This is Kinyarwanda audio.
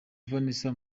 vanessa